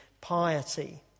piety